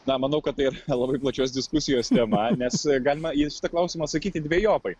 na manau kad tai yra labai plačios diskusijos tema nes galima į tą klausimą atsakyti dvejopai